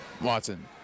Watson